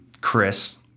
Chris